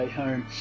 home